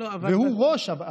והוא הראש של מערכת,